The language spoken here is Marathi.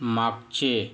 मागचे